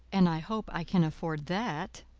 and i hope i can afford that.